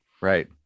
Right